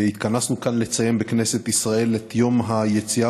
התכנסנו כאן לציין בכנסת ישראל את יום היציאה